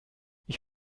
ich